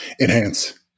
Enhance